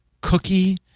cookie